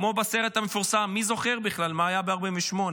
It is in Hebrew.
כמו בסרט המפורסם, מי זוכר בכלל מה היה ב-1948.